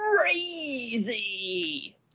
crazy